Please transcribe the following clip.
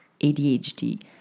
ADHD